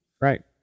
Right